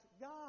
God